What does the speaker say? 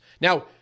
Now